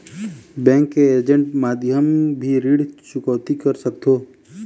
Bank के agent माध्यम भी ऋण चुकौती कर सकथों?